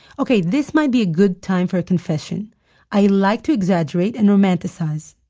ok, this might be a good time for a confession i like to exaggerate and romanticize.